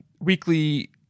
weekly